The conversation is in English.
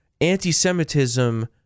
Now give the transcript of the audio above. anti-Semitism